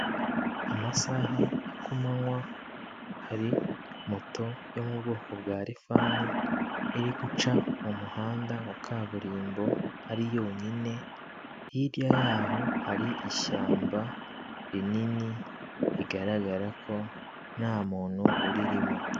Amasaha ya ku manywa hari moto yo mu bwoko bwa lifani iri guca mu muhanda wa kaburimbo ari yonyine hirya yaho hari ishyamba rinini rigaragara ko nta muntu urimo.